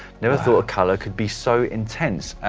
never thought a color could be so intense.